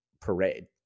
parade